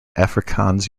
afrikaans